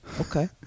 Okay